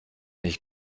nicht